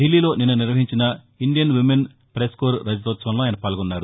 దిల్లీలో నిన్న నిర్వహించిన ఇండియన్ ఉమెన్ పెస్ కోర్ రజతోత్సవంలో ఆయన పాల్గొన్నారు